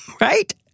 Right